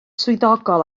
swyddogol